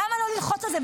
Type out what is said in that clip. למה לא ללחוץ את זה?